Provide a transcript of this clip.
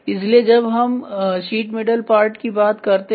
इसलिए जब हम शीट मेटल पार्ट की बात करते हैं